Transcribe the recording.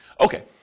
Okay